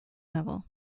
level